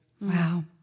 Wow